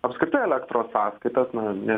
apskritai elektros sąskaitas na nes